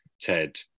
Ted